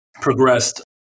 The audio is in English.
progressed